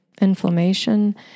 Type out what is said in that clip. inflammation